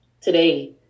today